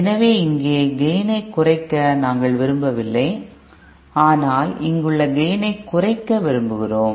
எனவே இங்கே கேய்ன் ஐ குறைக்க நாங்கள் விரும்பவில்லை ஆனால் இங்குள்ள கேய்ன் ஐ குறைக்க விரும்புகிறோம்